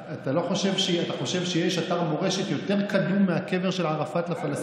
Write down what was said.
אתה חושב שיש אתר מורשת יותר קדום מהקבר של ערפאת לפלסטינים,